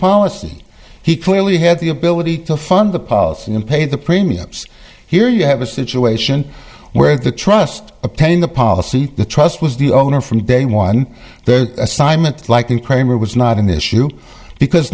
policy he clearly had the ability to fund the policy and pay the premiums here you have a situation where the trust a paying the policy the trust was the owner from day one the assignment like in kramer was not in the issue because